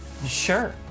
Sure